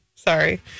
Sorry